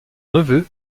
neveu